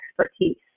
expertise